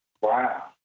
wow